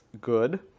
good